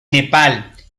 nepal